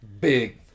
Big